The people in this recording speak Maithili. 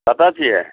कतऽ छियै